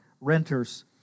renters